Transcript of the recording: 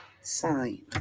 sign